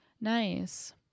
nice